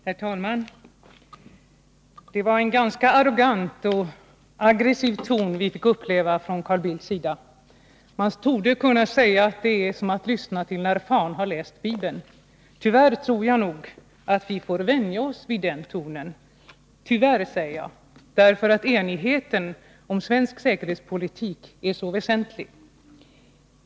Herr talman! Det var en ganska arrogant och aggressiv ton vi fick uppleva från Carl Bildts sida. Man torde kunna säga att det var som att lyssna till när Fan har läst Bibeln. Tyvärr tror jag nog att vi får vänja oss vid den tonen — tyvärr säger jag, ty enigheten om svensk säkerhetspolitik är så väsentlig.